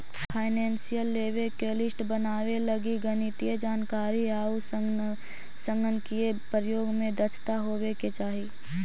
financial लेवे के list बनावे लगी गणितीय जानकारी आउ संगणकीय प्रयोग में दक्षता होवे के चाहि